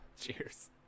Cheers